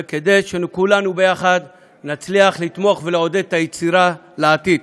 וכדי שכולנו יחד נצליח לתמוך ולעודד את היצירה לעתיד.